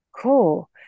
cool